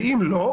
ואם לא,